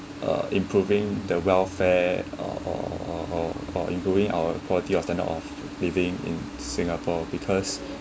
uh improving the welfare or or or or or improving our quality of standard of living in singapore because